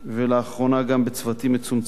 ולאחרונה גם בצוותים מצומצמים,